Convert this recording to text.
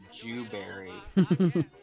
Jewberry